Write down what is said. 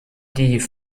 die